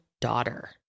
daughter